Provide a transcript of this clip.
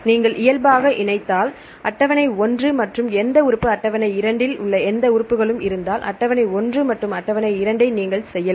நீங்கள் இயல்பாக இணைந்தால் அட்டவணை 1 மற்றும் எந்த உறுப்பு அட்டவணை 2 இல் உள்ள எந்த உறுப்புகளும் இருந்தால் அட்டவணை 1 மற்றும் அட்டவணை 2 ஐ நீங்கள் செய்யலாம்